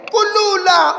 Kulula